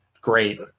Great